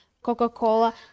coca-cola